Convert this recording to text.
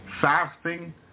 Fasting